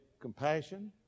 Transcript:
compassion